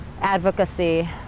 advocacy